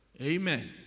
Amen